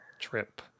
trip